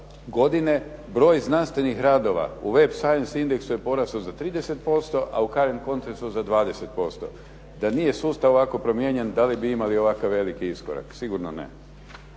godine broj znanstvenih radova u "Web science indexu" je porastao za 30%, a u "Caren Countries" za 20%. Da nije sustav ovako promijenjen da li bi imali ovako veliki iskorak? Sigurno ne.